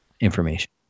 information